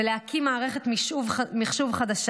ולהקים מערכת מחשוב חדשה.